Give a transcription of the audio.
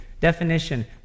Definition